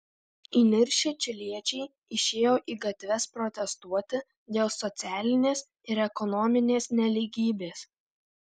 įniršę čiliečiai išėjo į gatves protestuoti dėl socialinės ir ekonominės nelygybės